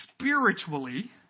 spiritually